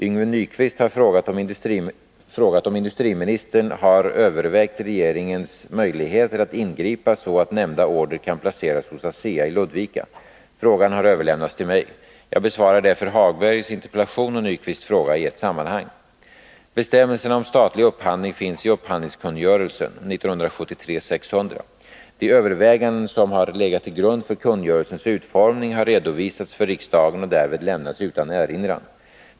Yngve Nyquist har frågat om industriministern har övervägt regeringens möjligheter att ingripa, så att nämnda order kan placeras hos ASEA i Ludvika. Frågan har överlämnats till mig. Jag besvarar därför Lars-Ove Hagbergs interpellation och Yngve Nyquists fråga i ett sammanhang. Bestämmelserna om statlig upphandling finns i upphandlingskungörelsen . De överväganden som har legat till grund för kungörelsens utformning har redovisats för riksdagen och därvid lämnats utan erinran .